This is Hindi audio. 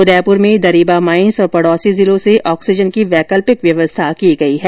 उदयपुर में दरीबा माइस और पड़ौसी जिलों से ऑक्सीजन की वैकल्पिक व्यवस्था की गई है